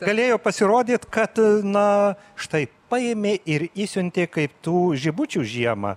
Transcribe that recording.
galėjo pasirodyt kad na štai paėmė ir išsiuntė kaip tų žibučių žiemą